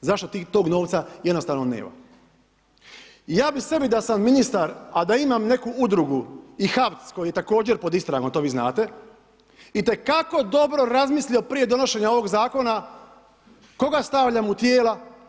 Zato tog novca jednostavno nema. i ja bih sebi da sam ministar, a da imam neku udrugu i HAVC koji je također pod istragom, to vi znate, itekako dobro razmislio prije donošenja ovog zakona koga stavljam u tijela i ne bi srljao.